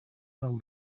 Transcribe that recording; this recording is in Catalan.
del